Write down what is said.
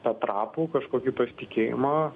tą trapų kažkokį pasitikėjimą